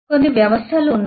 కొన్ని వ్యవస్థలు ఉన్నాయి